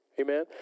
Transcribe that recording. Amen